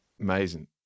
amazing